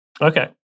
Okay